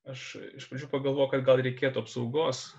aš iš pradžių pagalvo kad gal reikėtų apsaugos